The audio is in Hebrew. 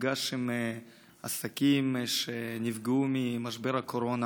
ונפגש עם עסקים שנפגעו ממשבר הקורונה.